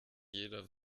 jeder